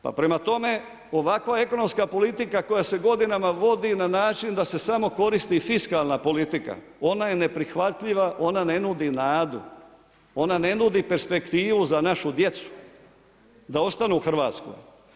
Pa prema tome, ovakva ekonomska politika koja se godinama vodi na način da se samo koristi fiskalna politika, ona je neprihvatljiva, ona ne nudi nadu, onda ne nudi perspektivu za našu djecu da ostanu u Hrvatskoj.